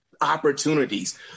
opportunities